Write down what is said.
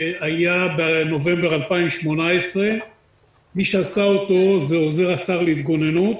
היה בנובמבר 2018. מי שעשה אותו זה עוזר השר להתגוננות